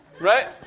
Right